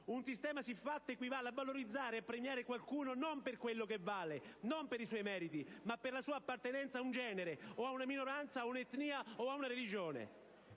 Un sistema siffatto equivale a valorizzare e premiare qualcuno non per quello che vale e per i suoi meriti, ma per la sua appartenenza ad un genere, a una minoranza, a un'etnia o ad una religione.